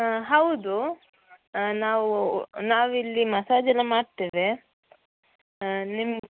ಹಾಂ ಹೌದು ನಾವು ನಾವಿಲ್ಲಿ ಮಸಾಜನ್ನು ಮಾಡ್ತೇವೆ ಹಾಂ ನಿಮ್ಮ